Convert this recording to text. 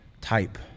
type